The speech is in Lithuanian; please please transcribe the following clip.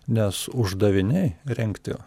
nes uždaviniai rengti